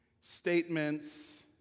statements